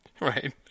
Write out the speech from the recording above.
Right